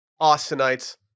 Austinites